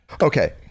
Okay